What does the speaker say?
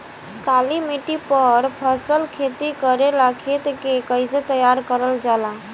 काली मिट्टी पर फसल खेती करेला खेत के कइसे तैयार करल जाला?